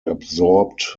absorbed